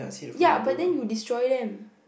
ye but then you destroy them